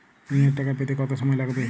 ঋণের টাকা পেতে কত সময় লাগবে?